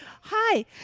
Hi